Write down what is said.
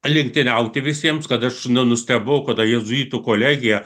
lenktyniauti visiems kad aš nustebau kada jėzuitų kolegija